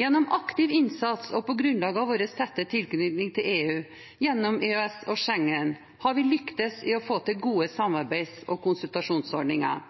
Gjennom aktiv innsats og på grunnlag av vår tette tilknytning til EU gjennom EØS og Schengen har vi lyktes i å få til gode samarbeids- og konsultasjonsordninger.